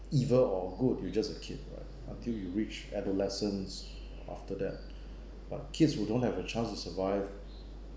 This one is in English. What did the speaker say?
evil or good you just a kid right until you reach adolescent after that but kids who don't have a chance to survive